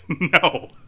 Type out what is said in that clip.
No